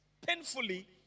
painfully